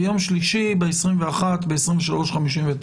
ביום שלישי, ה-21 בחודש, בשעה 23:59,